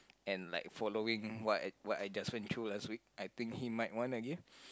and like following what I what I just went through last week I think he might wanna give